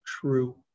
true